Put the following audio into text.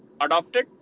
adopted